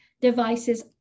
devices